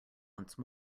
once